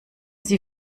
sie